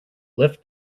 lift